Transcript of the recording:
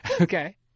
Okay